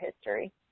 history